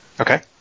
Okay